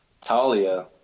Talia